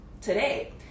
today